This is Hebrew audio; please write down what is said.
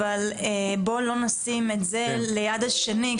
אבל בוא לא נשים את זה ליד השני,